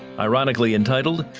ironically and titled,